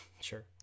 Sure